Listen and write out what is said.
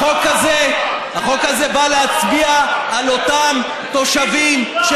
החוק הזה בא להצביע על אותם תושבים, אללה אכבר.